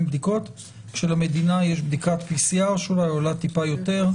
בדיקות כשלמדינה יש בדיקת PCR שאולי עולה טיפה יותר.